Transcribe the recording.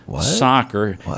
soccer